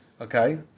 Okay